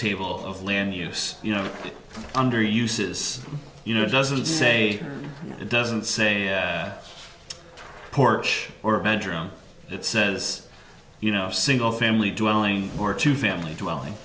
table of land use you know under uses you know it doesn't say it doesn't say porch or a bedroom it says you know single family dwelling or to family to well